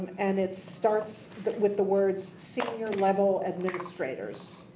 and it starts with the words, senior level administrators.